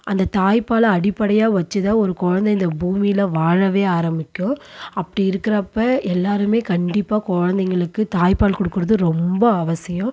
அந்த தாய் பாலை அடிப்படையாக வச்சு தான் ஒரு குழந்த இந்த பூமியில் வாழவே ஆரம்பிக்கும் அப்படி இருக்குறப்போ எல்லாருமே கண்டிப்பாக குழந்தைங்களுக்கு தாய் பால் கொடுக்குறது ரொம்ப அவசியம்